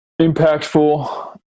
impactful